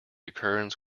occurrence